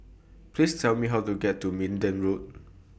Please Tell Me How to get to Minden Road